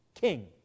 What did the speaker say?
king